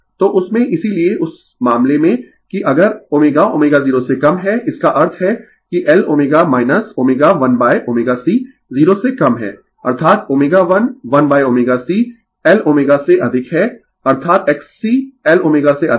तो उस में इसीलिये इस मामले में कि अगर ω ω0 से कम है इसका अर्थ है कि Lω ω1ωC 0 से कम है अर्थात ω11ωC Lω से अधिक है अर्थात XC Lω से अधिक है